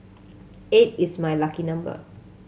eight is my lucky number